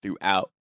throughout